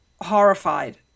horrified